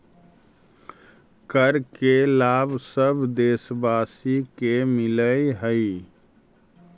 कर के लाभ सब देशवासी के मिलऽ हइ